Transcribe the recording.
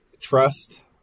trust